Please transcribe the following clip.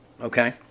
okay